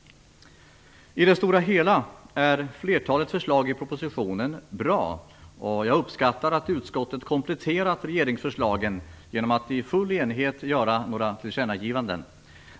I det stora hela är flertalet förslag i propositionen bra, och jag uppskattar att utskottet kompletterat regeringsförslagen genom att i full enighet göra några tillkännagivanden.